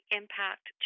impact